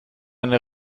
eine